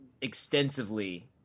extensively